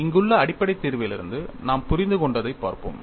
இங்குள்ள அடிப்படை தீர்விலிருந்து நாம் புரிந்துகொண்டதைப் பார்ப்போம்